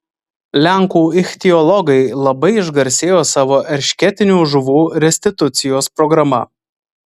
lenkų ichtiologai labai išgarsėjo savo eršketinių žuvų restitucijos programa